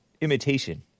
imitation